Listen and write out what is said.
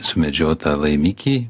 sumedžiotą laimikį